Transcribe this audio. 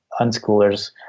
unschoolers